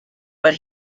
but